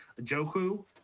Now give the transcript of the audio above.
Joku